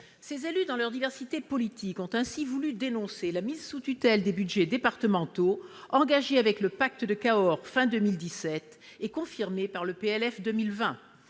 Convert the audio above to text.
Ces élus, dans leur diversité politique, ont ainsi voulu dénoncer la mise sous tutelle des budgets départementaux, engagée avec le pacte de Cahors fin 2017 et confirmée dans le projet